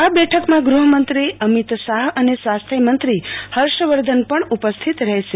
આ બેઠકમાં ગહમત્રી અમિત શાહ અ ને સ્વાસ્થ્ય મંત્રી હર્ષ વર્ધન પણ હાજર રહેશે